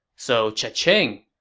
so cha ching.